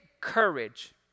courage